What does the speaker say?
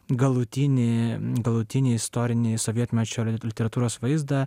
galutinį galutinį istorinį sovietmečio literatūros vaizdą